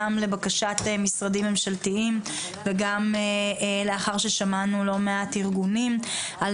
גם לבקשת משרדים ממשלתיים וגם לאחר ששמענו לא מעט ארגונים על